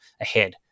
ahead